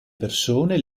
persone